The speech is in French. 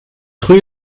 rue